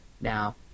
Now